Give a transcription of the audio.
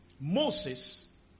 Moses